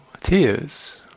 Tears